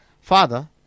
Father